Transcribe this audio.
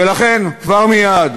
ולכן כבר מייד,